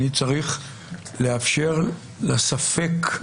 אני צריך לאפשר לספק,